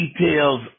details